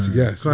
yes